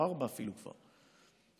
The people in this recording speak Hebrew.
או אפילו כבר ארבע,